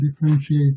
differentiate